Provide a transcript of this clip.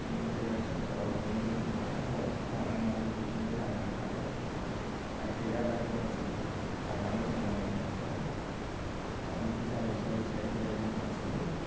बेनिफ्राय दा संसारआव हाबनांदों नेपाल हौवाखौनो लानांनानै बिदिनो जानानै थादों दा गैया दा गोदाव सोराव जानानै दं आंनि नखरा दा बिदि जायै जायै जायै जायैनो दासिमबो